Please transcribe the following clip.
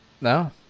No